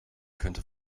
könnte